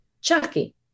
Chucky